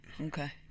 okay